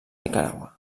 nicaragua